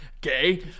Gay